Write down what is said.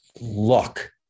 luck